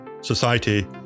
society